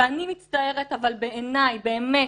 ואני מצטערת, אבל בעיניי באמת